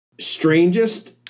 Strangest